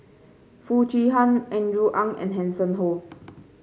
Foo Chee Han Andrew Ang and Hanson Ho